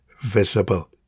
visible